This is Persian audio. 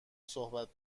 صحبت